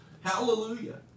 hallelujah